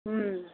ꯎꯝ